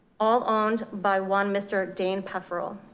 all owned by one. mr. dayne pefferle.